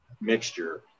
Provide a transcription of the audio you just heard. mixture